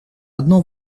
одно